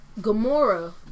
Gamora